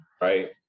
right